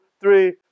three